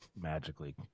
magically